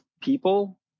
people